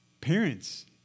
Parents